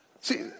See